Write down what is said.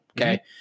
Okay